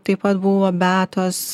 taip pat buvo beatos